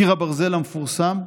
קיר הברזל המפורסם,